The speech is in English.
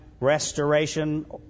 restoration